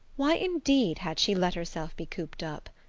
why indeed had she let herself be cooped up?